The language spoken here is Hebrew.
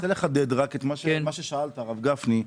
אני רוצה לחדד את מה ששאלת, הרב גפני.